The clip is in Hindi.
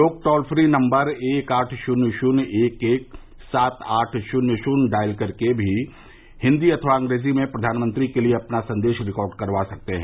लोग टोल फ्री नम्बर एक आठ शून्य शून्य एक एक सात आठ शून्य शून्य डायल करके भी हिन्दी अथवा अंग्रेजी में प्रधानमंत्री के लिए अपना संदेश रिकार्ड करवा सकते हैं